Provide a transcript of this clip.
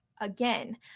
again